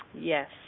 yes